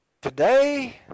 today